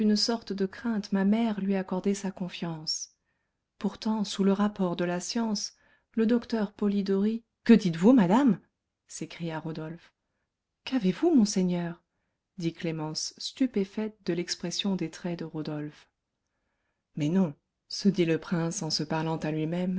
sorte de crainte ma mère lui accorder sa confiance pourtant sous le rapport de la science le docteur polidori que dites-vous madame s'écria rodolphe qu'avez-vous monseigneur dit clémence stupéfaite de l'expression des traits de rodolphe mais non se dit le prince en se parlant à lui-même